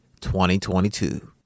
2022